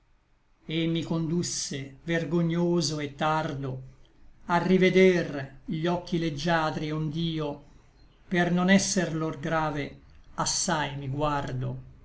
et mi condusse vergognoso et tardo a riveder gli occhi leggiadri ond'io per non esser lor grave assai mi guardo